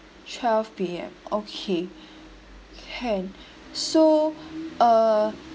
twelve P_M okay can so uh